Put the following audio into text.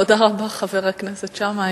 תודה רבה, חבר הכנסת שאמה.